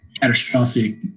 catastrophic